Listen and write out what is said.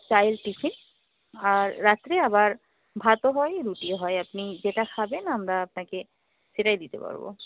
child tiffin আর রাত্রে আবার ভাতও হয় রুটিও হয় আপনি যেটা খাবেন আমরা আপনাকে সেটাই দিতে পারব